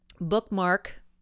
bookmark